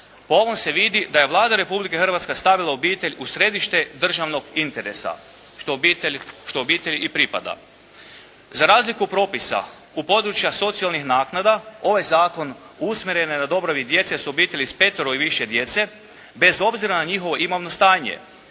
Po ovom se vidi da je Vlada Republike Hrvatske stavila obitelj u središte državnog interesa, što obitelj i pripada. Za razliku propisa, u područja socijalnih naknada ovaj zakon usmjeren je na dobrobit djece s obitelji s petero i više djece, bez obzira na njihovo imovno stanje.